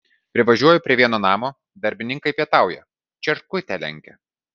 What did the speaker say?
privažiuoju prie vieno namo darbininkai pietauja čierkutę lenkia